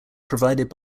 provided